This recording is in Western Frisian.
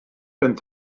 punt